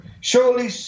Surely